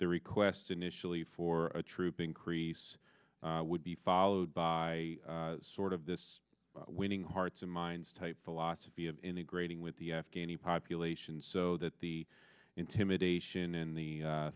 the request initially for a troop increase would be followed by sort of this winning hearts and minds type philosophy of integrating with the afghanis population so that the intimidation and the